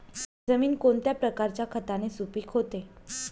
जमीन कोणत्या प्रकारच्या खताने सुपिक होते?